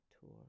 tour